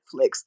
Netflix